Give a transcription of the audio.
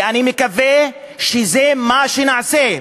ואני מקווה שזה מה שנעשה.